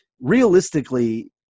realistically